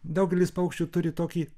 daugelis paukščių turi tokį